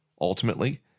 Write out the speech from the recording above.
ultimately